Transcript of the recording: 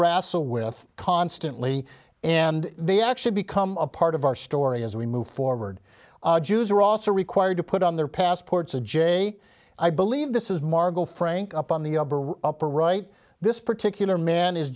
wrestle with constantly and they actually become a part of our story as we move forward jews are also required to put on their passports a j i believe this is margot frank up on the upper right this particular man is